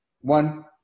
One